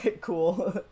cool